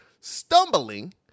stumbling